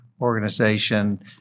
organization